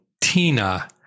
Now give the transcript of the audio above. TINA